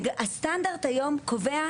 הסטנדרט היום קובע,